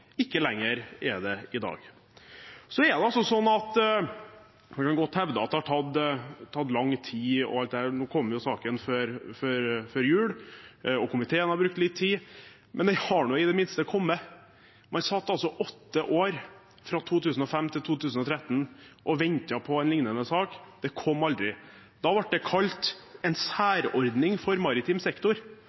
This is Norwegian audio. ikke lenger er det i dag. Man kan godt hevde at det har tatt lang tid. Nå kom jo saken før jul, og komiteen har brukt litt tid. Men den har nå i det minste kommet. Man satt i åtte år, fra 2005 til 2013, og ventet på en lignende sak. Den kom aldri. Da ble det kalt en særordning for maritim sektor